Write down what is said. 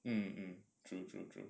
mm mm true true true